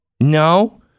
no